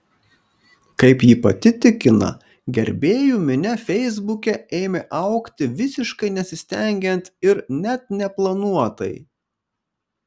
kaip ji pati tikina gerbėjų minia feisbuke ėmė augti visiškai nesistengiant ir net neplanuotai